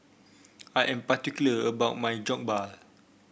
I am particular about my Jokbal